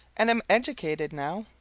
and am educated, now,